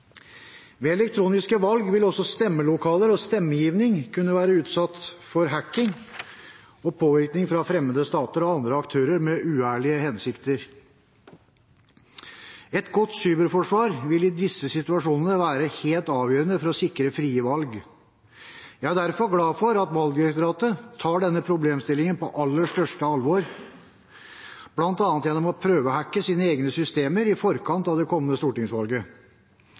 Ved elektroniske valg vil også stemmelokaler og stemmegivning kunne være utsatt for hacking og påvirkning fra fremmede stater og andre aktører med uærlige hensikter. Et godt cyberforsvar vil i disse situasjonene være helt avgjørende for å sikre frie valg. Jeg er derfor glad for at Valgdirektoratet tar denne problemstillingen på aller største alvor, bl.a. gjennom å prøvehacke sine egne systemer i forkant av det kommende stortingsvalget.